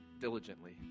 diligently